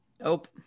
nope